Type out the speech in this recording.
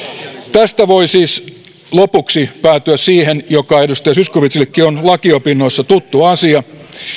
tästä voi siis lopuksi päätyä siihen mikä edustaja zyskowiczillekin on lakiopinnoista tuttu asia